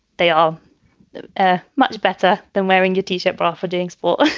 they are ah much better than wearing a t shirt bra for doing sports